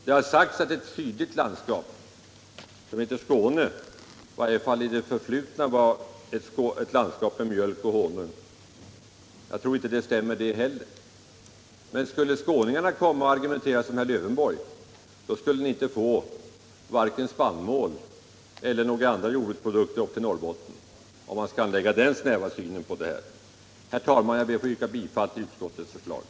Det har sagts att ett sydligt landskap som heter Skåne i varje fall i det förflutna var ett landskap med mjölk och honung, men jag tror inte att det stämmer -— i varje fall i dag. Skulle emellertid skåningarna argumentera som herr Lövenborg och anlägga samma snäva syn på de här frågorna, så skulle ni i Norrbotten få varken spannmål eller några andra jordbruksprodukter. Herr talman! Jag ber att få yrka bifall till utskottets hemställan.